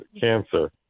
cancer